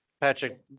Patrick